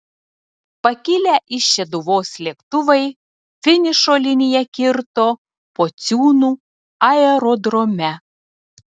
pakilę iš šeduvos lėktuvai finišo liniją kirto pociūnų aerodrome